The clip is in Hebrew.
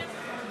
לא.